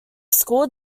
school